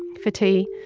for tea.